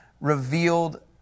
revealed